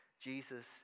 Jesus